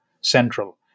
central